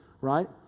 right